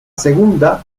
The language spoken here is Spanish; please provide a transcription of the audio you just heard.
segunda